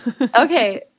okay